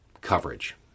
coverage